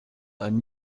einen